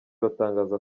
batangaza